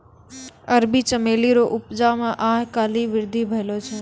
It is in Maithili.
अरबी चमेली रो उपजा मे आय काल्हि वृद्धि भेलो छै